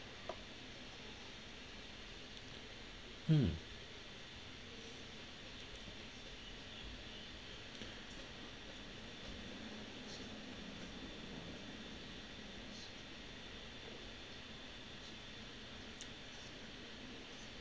mm